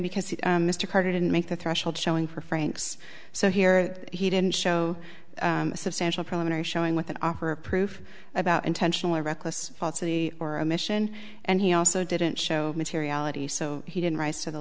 because mr carter didn't make the threshold showing for frank's so here he didn't show a substantial preliminary showing with an offer of proof about intentional or reckless falsity or a mission and he also didn't show materiality so he didn't rise to the